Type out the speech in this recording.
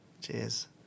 Cheers